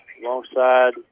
alongside